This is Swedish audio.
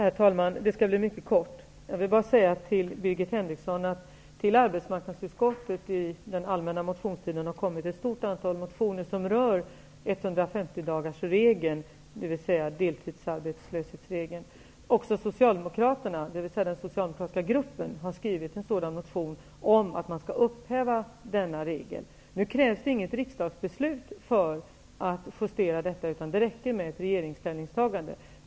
Herr talman! Min replik skall bli mycket kortfattad. Jag vill bara säga till Birgit Henriksson att det till arbetsutskottet under den allmänna motionstiden har kommit ett stort antal motioner som rör 150 Även socialdemokraterna -- den socialdemokratiska gruppen -- har skrivit en motion om att man skall upphäva denna regel. Det krävs inget riksdagsbeslut för att justera detta, utan det räcker med ett regeringsställningstagande.